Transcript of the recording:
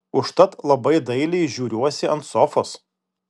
užtat labai dailiai žiūriuosi ant sofos